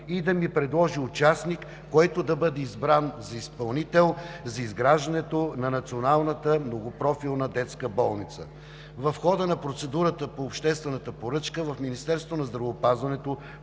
и да ми предложи участник, който да бъде избран за изпълнител за изграждането на Националната многопрофилна детска болница. В хода на процедурата по обществената поръчка в Министерството на здравеопазването